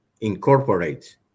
incorporate